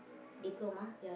diploma